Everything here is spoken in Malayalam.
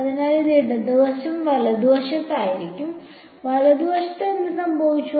അതിനാൽ ഇത് ഇടത് വശം വലതുവശത്തായിരുന്നു വലതുവശത്ത് എന്ത് സംഭവിച്ചു